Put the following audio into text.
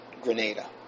Grenada